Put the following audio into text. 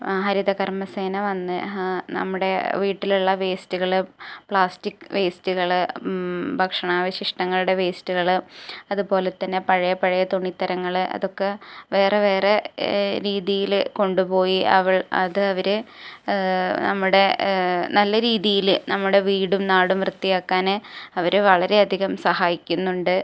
ആ ഹരിത കർമ്മസേന വന്ന് നമ്മുടെ വീട്ടിലുള്ള വേസ്റ്റുകൾ പ്ലാസ്റ്റിക് വേസ്റ്റുകൾ ഭക്ഷണ അവശിഷ്ടങ്ങളുടെ വേസ്റ്റുകൾ അതുപോലെ തന്നെ പഴയ പഴയ തുണിത്തരങ്ങൾ അതൊക്കെ വേറെ വേറെ രീതിയിൽ കൊണ്ടു പോയി അവൾ അതവർ നമ്മുടെ നല്ല രീതിയിൽ നമ്മുടെ വീടും നാടും വൃത്തിയാക്കാൻ അവർ വളരെയധികം സഹായിക്കുന്നുണ്ട്